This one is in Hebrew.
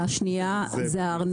השנייה הארנונה.